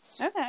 Okay